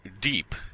deep